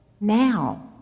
now